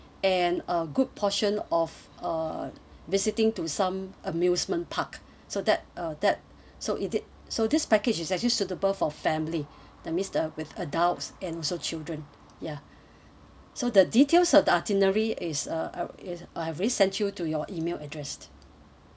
and a good portion of uh visiting to some amusement park so that uh that so it is so this package it actually suitable for family that means uh with adults and also children ya so the details of the itinerary is uh I is I've already sent you to your email address